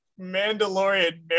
Mandalorian